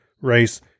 race